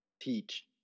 teach